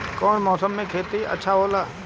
कौन मौसम मे खेती अच्छा होला?